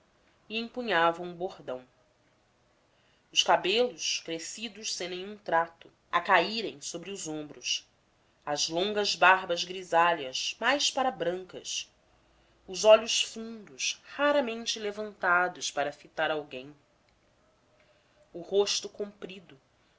e empunhava um bordão os cabelos crescidos sem nenhum trato a caírem sobre os ombros as longas barbas grisalhas mais para brancas os olhos fundos raramente levantados para fitar alguém o rosto comprido